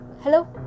Hello